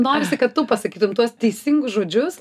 norisi kad tu pasakytum tuos teisingus žodžius